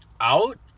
out